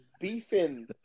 beefing